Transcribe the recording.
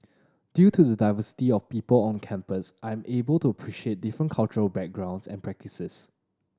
due to the diversity of people on campus I'm able to appreciate different cultural backgrounds and practices